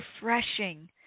refreshing